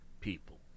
people